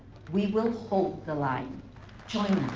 we will hold the line join